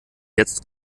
jetzt